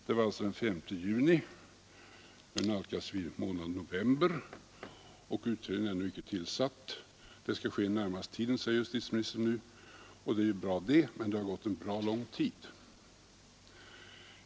Det sades alltså den 5 juni. Nu nalkas vi månaden november, och utredningen är ännu icke tillsatt. Det skall ske inom den närmaste tiden, säger justitieministern nu. Det är bra det, men det har gått en rätt lång tid.